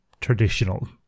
traditional